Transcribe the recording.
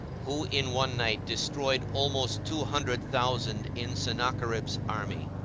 who in one night destroyed almost two hundred thousand in sennacherib's army,